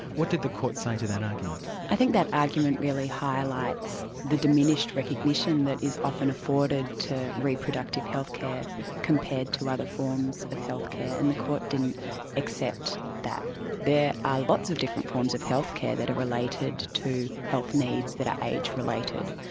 what did the court say to that argument? i think that argument really highlights the diminished recognition that is often afforded to reproductive health care compared to other forms of health care, and the court didn't accept that there are lots of different forms of health care that are related to health needs that are age-related,